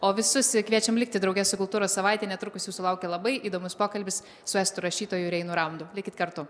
o visus kviečiam likti drauge su kultūros savaitė netrukus jūsų laukia labai įdomus pokalbis su estų rašytoju reinu raudu likit kartu